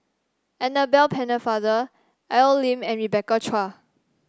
Annabel Pennefather Al Lim and Rebecca Chua